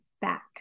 back